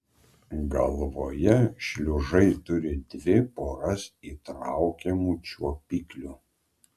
galvoje šliužai turi dvi poras įtraukiamų čiuopiklių